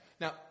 Now